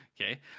Okay